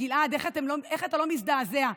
גלעד, איך אתה לא מזדעזע?